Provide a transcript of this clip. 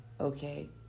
Okay